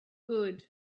good